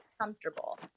comfortable